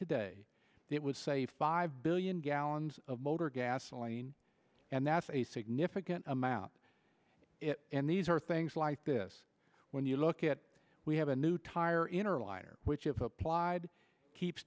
today that would say five billion gallons of motor gasoline and that's a significant amount and these are things like this when you look at we have a new tire inner liner which is applied keeps